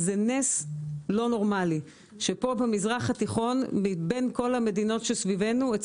זה נס לא נורמלי שכאן במזרח התיכון מבין כל המדינות שסביבנו,